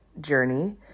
journey